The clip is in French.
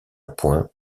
point